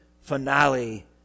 finale